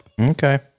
okay